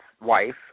wife